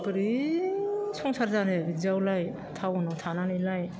बोरै संसार जानो बिदियावलाय टाउनाव थानानैलाय